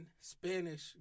Spanish